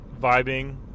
vibing